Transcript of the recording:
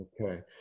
Okay